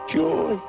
joy